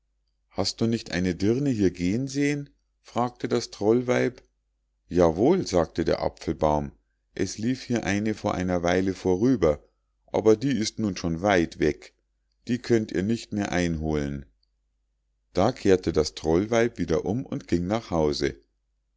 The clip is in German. hast du nicht eine dirne hier gehen sehen fragte das trollweib ja wohl sagte der apfelbaum es lief hier eine vor einer weile vorüber aber die ist nun schon weit weg die könnt ihr nicht mehr einholen da kehrte das trollweib wieder um und ging nach hause